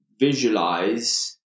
visualize